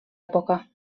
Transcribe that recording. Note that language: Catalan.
època